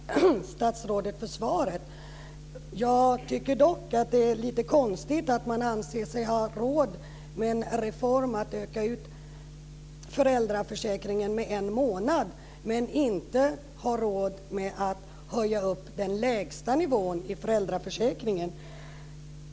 Fru talman! Jag tackar statsrådet för svaret. Jag tycker dock att det är lite konstigt att man anser sig ha råd med en reform och utöka föräldraförsäkringen med en månad men inte anser sig ha råd med en höjning av den lägsta nivån i föräldraförsäkringen.